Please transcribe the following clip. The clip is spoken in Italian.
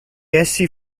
essi